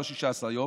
לא 16 יום,